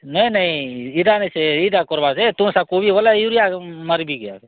ନାଇଁ ନାଇଁ ଏଇଟା ସେ ଏଇଟା କର୍ବା ଯେ ସେ କୋବି ବୋଲେ ୟୁରିଆ ମାରିବି କି ଆଗ